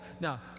Now